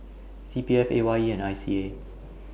C P F A Y E and I C A